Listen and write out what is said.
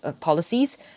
policies